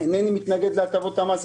אינני מתנגד להטבות המס,